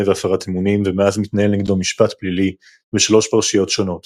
והפרת אמונים ומאז מתנהל נגדו משפט פלילי בשלוש פרשיות שונות